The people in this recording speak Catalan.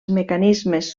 mecanismes